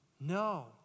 No